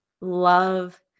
love